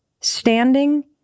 standing